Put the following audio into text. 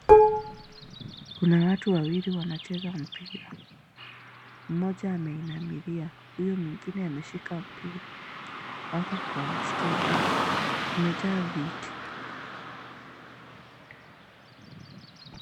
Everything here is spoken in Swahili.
Kuna watu wawili wanacheza mpira. Mmoja ameinamilia, huyo mwingine ameshika mpira. Wako kwa stadium imejaa viti.